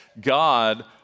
God